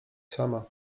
sama